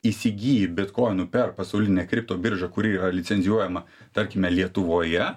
įsigyji bitkoinų per pasaulinę kripto biržą kur yra licenzijuojama tarkime lietuvoje